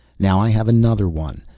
now i have another one.